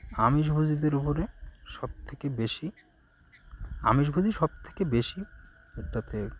আমিষভোজীদের উপরে সবথেকে বেশি আমিষভোজী সবথেকে বেশি এটাতে